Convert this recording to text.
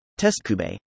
TestKube